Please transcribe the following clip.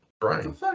Brian